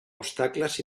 obstacles